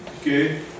Okay